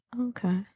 Okay